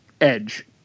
edge